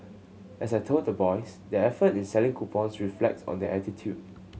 as I told the boys their effort in selling coupons reflects on their attitude